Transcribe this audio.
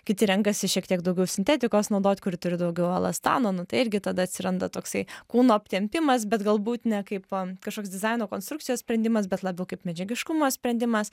kiti renkasi šiek tiek daugiau sintetikos naudot kur turi daugiau elastano nu tai irgi tada atsiranda toksai kūno aptempimas bet galbūt ne kaip kažkoks dizaino konstrukcijos sprendimas bet labiau kaip medžiagiškumo sprendimas